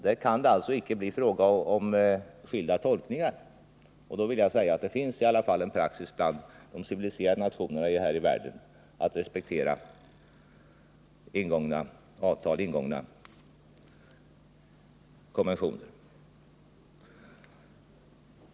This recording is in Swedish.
Där kan det alltså icke bli fråga om skilda tolkningar. Det finns i alla fall en praxis bland de civiliserade nationerna här i världen att respektera ingångna konventioner.